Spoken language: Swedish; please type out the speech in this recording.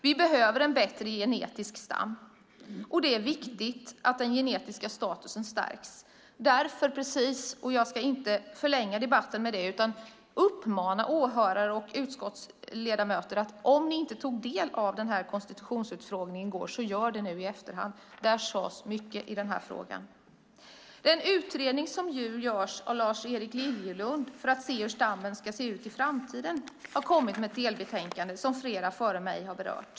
Vi behöver en bättre genetisk stam, och det är viktigt att den genetiska statusen stärks. Jag ska inte förlänga debatten med detta, utan uppmuntrar åhörare och utskottsledamöter att ta del av utfrågningen i konstitutionsutskottet om ni inte gjorde det i går. Där sades mycket i denna fråga. Den utredning som görs av Lars-Erik Liljelund för att se hur stammen ska se ut i framtiden har kommit med ett delbetänkande som flera före mig har berört.